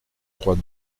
trois